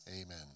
Amen